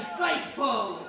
faithful